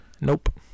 Nope